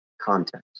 Context